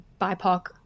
BIPOC